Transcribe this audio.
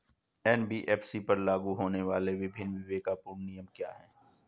NBFC पर लागू होने वाले विभिन्न विवेकपूर्ण नियम क्या हैं?